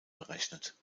berechnet